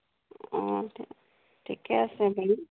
অ' ঠিকে আছে বাৰু